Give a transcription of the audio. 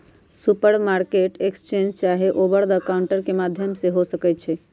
spot market exchange चाहे over the counter के माध्यम से हो सकइ छइ